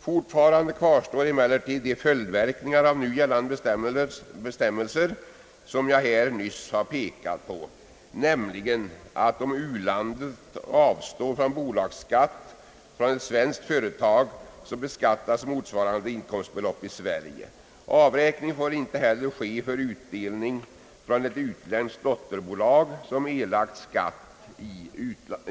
Fortfarande kvarstår emellertid de följdverkningar av nu gällande bestämmelser som jag här nyss pekat på, nämligen att om u-landet avstår från bolagsskatt för ett svenskt företag beskattas motsvarande inkomstbelopp i Sverige. Avräkningen får inte heller ske för utdelning från ett utländskt dotterbolag som erlagt skatt i